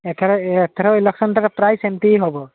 ଏଥର ଏଥର ଇଲେକ୍ସନ୍ ତକ ପ୍ରାୟ ସେମିତି ହେବ